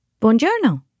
Buongiorno